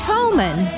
Toman